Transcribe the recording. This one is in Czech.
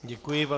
Děkuji vám.